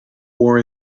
war